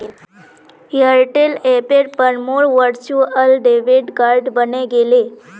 Airtel ऐपेर पर मोर वर्चुअल डेबिट कार्ड बने गेले